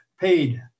paid